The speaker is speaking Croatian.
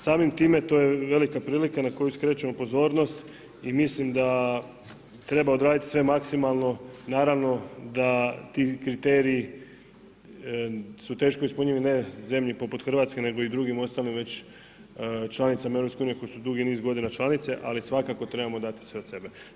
Samim time, to je velika prilika na koju skrećemo pozornost, i mislim da treba odraditi sve maksimalno, naravno da ti kriteriji, su teško ispunjivi ne zemlji poput Hrvatske, nego i drugim, ostalima već članica EU, koje su dugi niz godina članice, ali svakako trebamo dati sve od sebe.